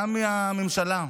גם מהממשלה,